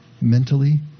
mentally